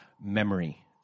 memory